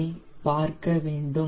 ஐ பார்க்க வேண்டும்